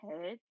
head